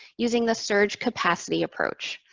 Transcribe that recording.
using the surge capacity approach.